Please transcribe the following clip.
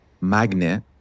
magnet